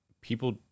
People